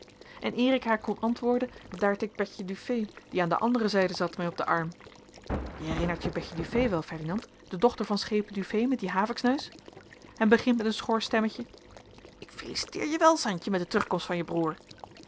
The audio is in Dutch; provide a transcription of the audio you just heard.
eer ik haar kon antwoorden daar tikt betje du fay die aan de andere zijde zat mij op den arm je herinnert je betje du fay wel ferdinand de dochter van schepen du fay met dien haviksneus en begint met een schor stemmetje ik feliciteer je wel santje met de terugkomst van je broer